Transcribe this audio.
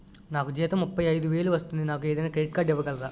నాకు జీతం ముప్పై ఐదు వేలు వస్తుంది నాకు ఏదైనా క్రెడిట్ కార్డ్ ఇవ్వగలరా?